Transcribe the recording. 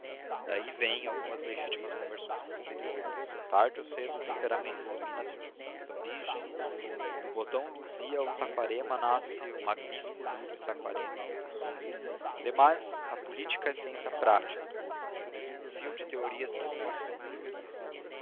daí vêm algumas legítimas conversões posteriores tarde ou cedo o temperamento domina as circunstâncias da origem e do botão luzia ou saquarema nasce um magnífico lírio saquarema ou luzia demais a política é ciência prática e eu desconfio de teorias que só são teorias